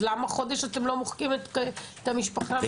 אז למה חודש אתם לא מוחקים את המשפחה מהמערכת.